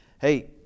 hey